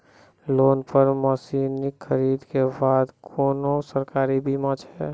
Loan पर मसीनऽक खरीद के बाद कुनू सरकारी बीमा छै?